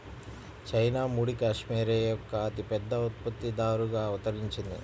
China ముడి cashmere యొక్క అతిపెద్ద ఉత్పత్తిదారుగా అవతరించింది